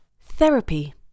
Therapy